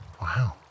Wow